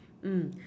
mm